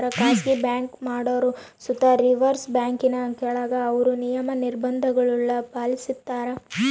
ಖಾಸಗಿ ಬ್ಯಾಂಕಿಂಗ್ ಮಾಡೋರು ಸುತ ರಿಸರ್ವ್ ಬ್ಯಾಂಕಿನ ಕೆಳಗ ಅವ್ರ ನಿಯಮ, ನಿರ್ಭಂಧಗುಳ್ನ ಪಾಲಿಸ್ತಾರ